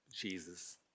Jesus